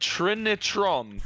Trinitron